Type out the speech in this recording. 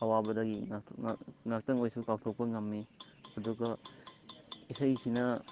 ꯑꯋꯥꯕꯗꯒꯤ ꯉꯥꯛꯇꯪ ꯑꯣꯏꯁꯨ ꯀꯥꯎꯊꯣꯛꯄ ꯉꯝꯃꯤ ꯑꯗꯨꯒ ꯏꯁꯩꯁꯤꯅ